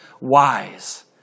wise